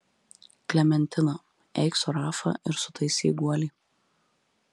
klementina eik su rafa ir sutaisyk guolį